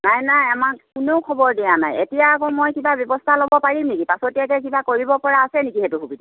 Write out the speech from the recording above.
নাই নাই আমাক কোনেও খবৰ দিয়া নাই এতিয়া আকৌ মই কিবা ব্যৱস্থা ল'ব পাৰিম নেকি পাছতীয়াকৈ কিবা কৰিব পৰা আছে নেকি সেইটো সুবিধা